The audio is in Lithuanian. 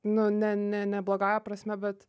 nu ne ne ne blogąja prasme bet